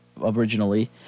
originally